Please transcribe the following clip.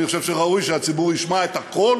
אני חושב שראוי שהציבור ישמע את הכול